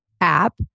app